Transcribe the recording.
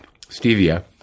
stevia